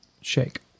shake